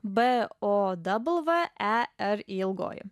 b o w e r y ilgoji